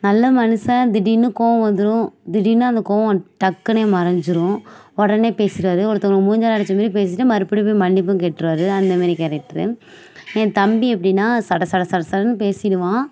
நல்ல மனுஷன் திடிர்னு கோபம் வந்துவிடும் திடிர்னு அந்த கோபம் டக்குனே மறைஞ்சிரும் உடனே பேசிடுவார் ஒருத்தவங்கள மூஞ்சியில அடிச்சமாரி பேசிவிட்டு மறுபடியும் போய் மன்னிப்பும் கேட்டிருவாரு அந்தமாதிரி கேரக்ட்ரு என் தம்பி எப்படின்னா சடசடசடசடன்னு பேசிடுவான்